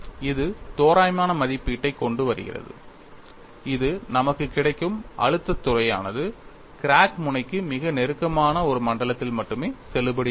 இது தோராயமான மதிப்பீட்டைக் கொண்டு வருகிறது இது நமக்கு கிடைக்கும் அழுத்தத் துறையானது கிராக் முனைக்கு மிக நெருக்கமான ஒரு மண்டலத்தில் மட்டுமே செல்லுபடியாகும்